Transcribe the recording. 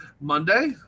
Monday